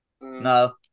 No